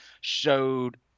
showed